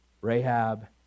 Rahab